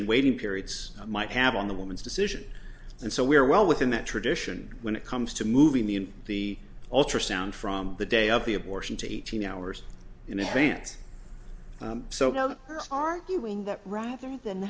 and waiting periods might have on the woman's decision and so we are well within that tradition when it comes to moving the in the ultrasound from the day of the abortion to eighteen hours in advance so no arguing that rather than